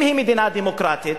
אם היא מדינה דמוקרטית,